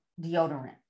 deodorant